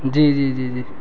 جی جی جی جی